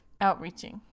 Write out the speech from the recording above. outreaching